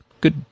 Good